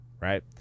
right